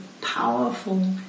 powerful